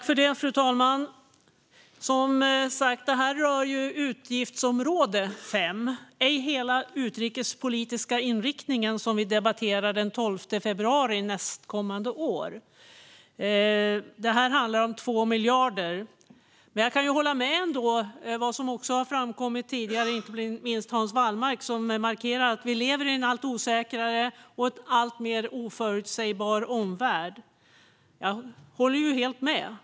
Fru talman! Det här rör utgiftsområde 5 och ej hela den utrikespolitiska inriktningen, som vi debatterar den 12 februari nästkommande år. Det här handlar om 2 miljarder. Jag kan hålla med om det som har framkommit tidigare och inte minst från Hans Wallmark. Han markerade att vi lever i en allt osäkrare och alltmer oförutsägbar omvärld. Jag håller helt med.